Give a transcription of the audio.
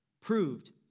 proved